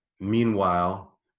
meanwhile